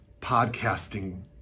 podcasting